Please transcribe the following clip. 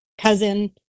cousin